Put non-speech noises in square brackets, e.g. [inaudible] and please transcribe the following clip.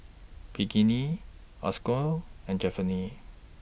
Pinkney [unintelligible] and [unintelligible]